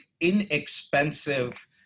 inexpensive